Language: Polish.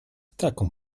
taką